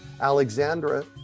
Alexandra